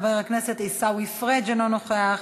חבר הכנסת עיסאווי פריג' אינו נוכח,